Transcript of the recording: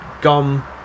gum